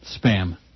spam